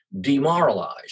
demoralized